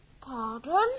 Pardon